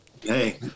Hey